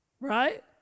Right